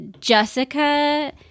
Jessica